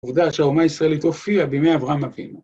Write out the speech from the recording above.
עובדה שהאומה הישראלית הופיע בימי אברהם אבינו.